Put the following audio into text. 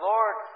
Lord